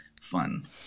fun